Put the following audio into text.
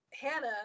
Hannah